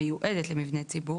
מגובש עדיין.